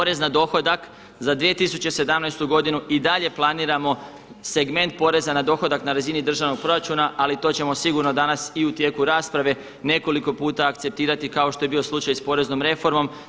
Porez na dohodak za 2017. godinu i dalje planiramo segment poreza na dohodak na razini državnog proračuna, ali to ćemo sigurno danas i u tijeku rasprave nekoliko puta akceptirati kao što je bio slučaj i s poreznom reformom.